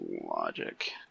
logic